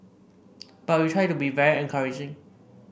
but we try to be very encouraging